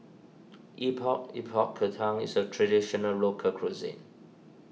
Epok Epok Kentang is a Traditional Local Cuisine